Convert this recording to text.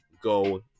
go